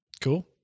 Cool